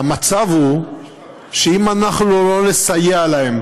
המצב הוא שאם אנחנו לא נסייע להם